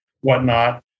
whatnot